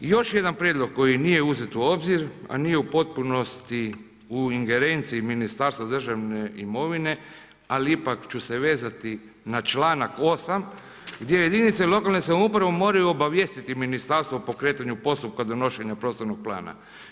Još jedan prijedlog koji nije uzet u obzir a nije u potpunosti u ingerenciji Ministarstva državne imovine, ali ipak ću se vezati na čl. 8. gdje jedinice lokalne samouprave moraju obavijestiti ministarstvo o pokretanju postupka donošenja prostornog plana.